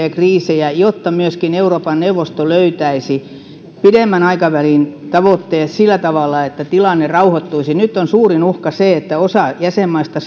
ja kriisien ratkaisua jotta myöskin euroopan neuvosto löytäisi pidemmän aikavälin tavoitteet sillä tavalla että tilanne rauhoittuisi nyt on suurin uhka se että osa jäsenmaista